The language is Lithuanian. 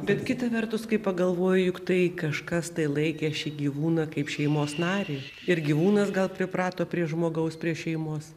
bet kita vertus kai pagalvoji juk tai kažkas tai laikė šį gyvūną kaip šeimos narį ir gyvūnas gal priprato prie žmogaus prie šeimos